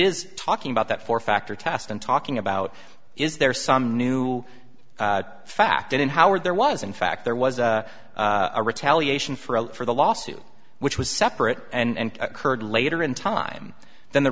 is talking about that for factor test and talking about is there some new fact in howard there was in fact there was a retaliation for the lawsuit which was separate and occurred later in time than the